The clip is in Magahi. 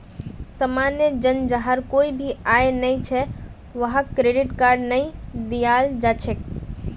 सामान्य जन जहार कोई भी आय नइ छ वहाक क्रेडिट कार्ड नइ दियाल जा छेक